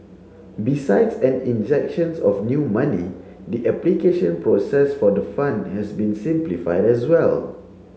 besides an injections of new money the application process for the fund has been simplified as well